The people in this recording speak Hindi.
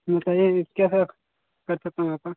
हाँ कहिए जी क्या सेवा कर सकता हूँ आपका